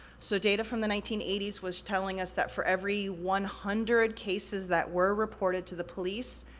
so, data from the nineteen eighty s was telling us that for every one hundred cases that were reported to the police,